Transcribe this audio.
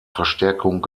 verstärkung